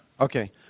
Okay